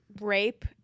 rape